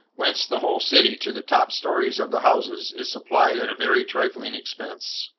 whence the whole city, to the top stories of the houses, is supplied at a very trifling expense.